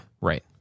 right